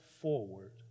forward